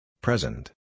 Present